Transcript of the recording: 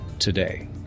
today